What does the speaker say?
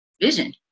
vision